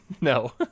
no